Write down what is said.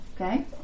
Okay